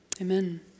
Amen